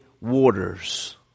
waters